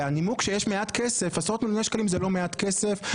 והנימוק שיש מעט כסף עשרות מיליוני שקלים זה לא מעט כסף,